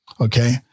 Okay